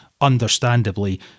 understandably